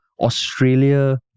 Australia